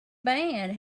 band